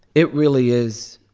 it really is.